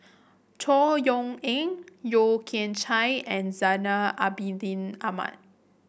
Chor Yeok Eng Yeo Kian Chai and Zainal Abidin Ahmad